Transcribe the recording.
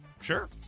Sure